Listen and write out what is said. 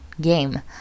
game